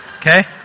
Okay